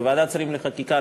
בוועדת שרים לחקיקה,